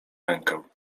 rękę